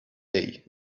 day